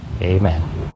Amen